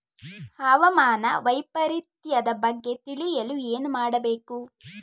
ಹವಾಮಾನ ವೈಪರಿತ್ಯದ ಬಗ್ಗೆ ತಿಳಿಯಲು ಏನು ಮಾಡಬೇಕು?